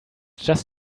just